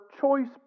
choice